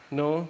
no